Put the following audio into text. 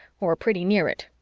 or pretty near it.